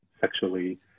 sexually